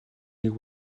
нэг